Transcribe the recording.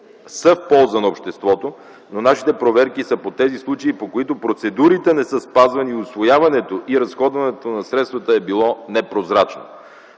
са в полза на обществото, но нашите проверки са по тези случаи, по които процедурите не са спазвани и усвояването и разходването на средствата е било непрозрачно.